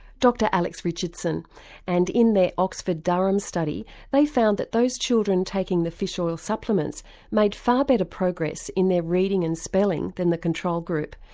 dr alex richardson and in their oxford durham study they found that those children taking the fish oil supplements made far better progress in their reading and spelling than the control group.